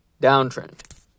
downtrend